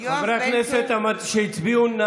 חברי הכנסת שהצביעו,